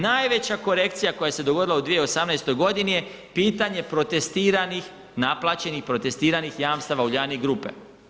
Najveća korekcija koja se dogodila u 2018. godini je pitanje protestiranih, naplaćenih protestiranih jamstava Uljanik grupe.